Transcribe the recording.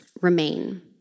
Remain